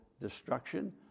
destruction